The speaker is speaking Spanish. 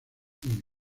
cine